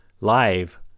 live